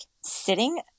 sitting